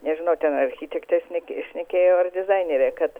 nežinau ten architektė šne šnekėjo ar dizainerė kad